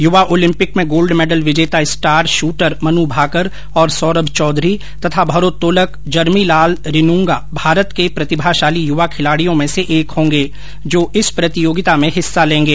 युवा ओलिम्पिक में gold medal विजेता स्टार शूटर मनु भाकर और सौरम चौधरी तथा भारोत्तलक जर्मी लाल रिनुंगा भारत के प्रतिभाशाली युवा खिलाडियों में से एक होंगे जो इस प्रतियोगिता में हिस्सा लेंगे